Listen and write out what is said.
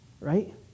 Right